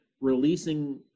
releasing